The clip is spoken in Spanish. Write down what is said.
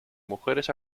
mujeres